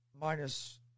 minus